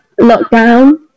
lockdown